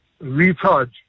recharge